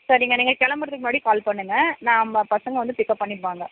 சரிங்க நீங்கள் கிளம்புறுதுக்கு முன்னாடி கால் பண்ணுங்கள் நாம்ம பசங்க வந்து பிக்கப் பண்ணிப்பாங்க